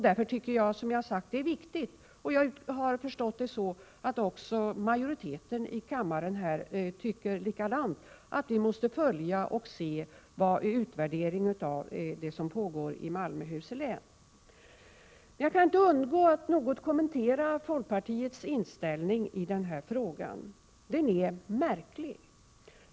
Därför tycker jag, och jag har förstått att även majoriteten i kammaren tycker likadant, att det är viktigt att vi följer upp och ser vad utvärderingen av det som pågår i Malmöhus län ger. Jag kan inte underlåta att något kommentera folkpartiets inställning i den här frågan. Den är märklig.